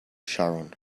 sharon